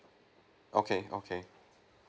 okay okay